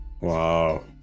wow